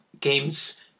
games